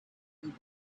that